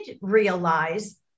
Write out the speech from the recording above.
realize